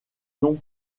non